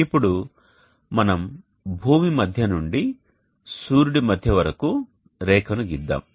ఇప్పుడు మనం భూమి మధ్య నుండి సూర్యుడి మధ్య వరకు రేఖను గీద్దాం